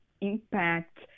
impact